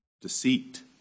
deceit